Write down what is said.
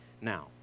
Now